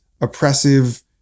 oppressive